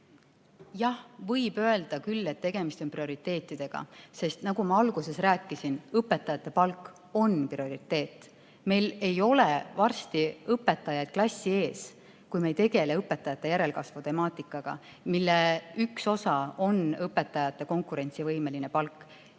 Jah, võib öelda küll, et tegemist on prioriteetidega. Nagu ma alguses rääkisin, õpetajate palk on prioriteet. Meil ei ole varsti õpetajaid klassi ees, kui me ei tegele õpetajate järelkasvu temaatikaga, mille üks osa on õpetajate konkurentsivõimeline palk.